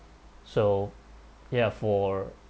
so ya for